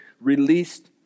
released